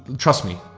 trust me,